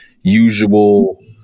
usual